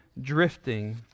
drifting